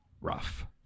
Rough